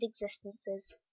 existences